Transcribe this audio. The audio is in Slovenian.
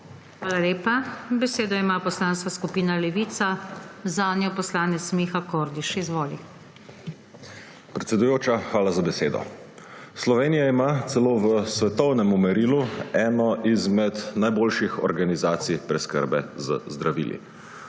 Hvala lepa. Besedo ima Poslanska skupina Levica, zanjo poslanec Miha Kordiš. Izvoli. **MIHA KORDIŠ (PS Levica):** Predsedujoča, hvala za besedo. Slovenija ima celo v svetovnem merilu eno izmed najboljših organizacij preskrbe z zdravili.